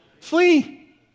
flee